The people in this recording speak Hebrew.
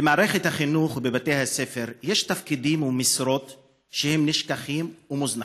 למערכת החינוך ולבתי הספר יש תפקידים ומשרות שהם נשכחים ומוזנחים,